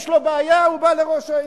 יש לו בעיה, הוא בא אל ראש העיר.